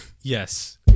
Yes